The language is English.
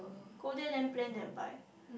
go there then plan then buy